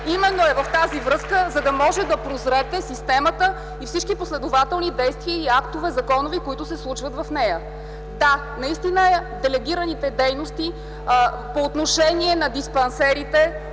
именно в тази връзка да можете да прозрете системата и всички последователни действия и законови актове, които се случват в нея. Да, наистина делегираните дейности по отношение на диспансерите